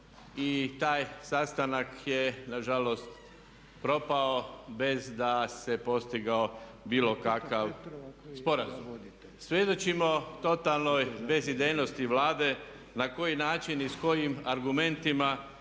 i taj sastanak je nažalost propao bez da se postigao bilo kakav sporazum. Svjedočimo totalnoj bezidejnosti Vlade na koji način i s kojim argumentima